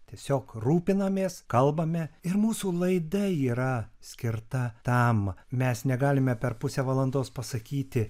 tiesiog rūpinamės kalbame ir mūsų laida yra skirta tam mes negalime per pusę valandos pasakyti